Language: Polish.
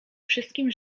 wszystkim